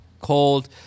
Cold